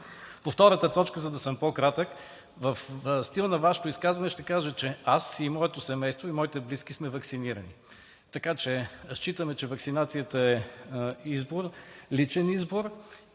по втората точка, за да съм по-кратък. В стила на Вашето изказване ще кажа, че аз и моето семейство, и моите близки сме ваксинирани. Така че считаме, че ваксинацията е избор,